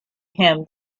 him